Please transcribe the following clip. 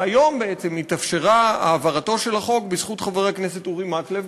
והיום בעצם התאפשרה העברתו של החוק בזכות חבר הכנסת אורי מקלב,